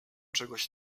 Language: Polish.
czegoś